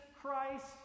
Christ